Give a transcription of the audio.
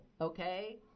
Okay